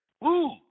Woo